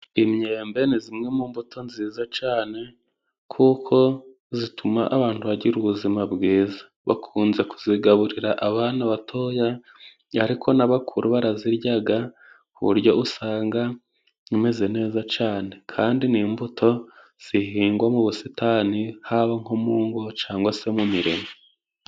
Imyembe ni zimwe mu mbuto nziza cane kuko zituma abantu bagira ubuzima bwiza, bakunze kuzigaburira abana batoya ariko n'abakuru baraziryaga ku buryo usanga zimeze neza cane, kandi n'imbuto zihingwa mu busitani haba nko mu ngo cangwa se mu mirima.